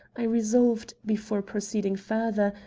i resolved, before proceeding further,